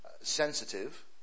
sensitive